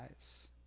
eyes